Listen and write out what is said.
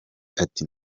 ati